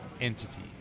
Entity